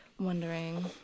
Wondering